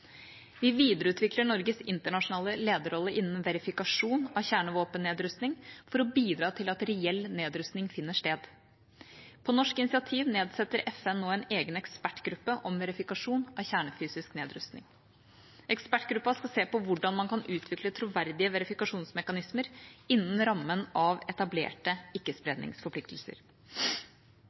Vi videreutvikler Norges internasjonale lederrolle innen verifikasjon av kjernevåpennedrustning for å bidra til at reell nedrustning finner sted. På norsk initiativ nedsetter FN nå en egen ekspertgruppe om verifikasjon av kjernefysisk nedrustning. Ekspertgruppa skal se på hvordan man kan utvikle troverdige verifikasjonsmekanismer innen rammen av etablerte